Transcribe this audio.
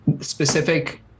specific